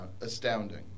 astounding